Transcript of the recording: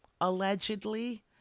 allegedly